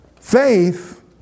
Faith